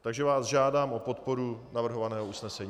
Takže vás žádám o podporu navrhovaného usnesení.